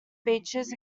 beaches